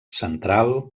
central